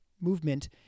movement